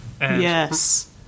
Yes